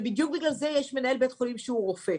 ובדיוק בגלל זה יש מנהל בית חולים שהוא רופא,